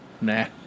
Nah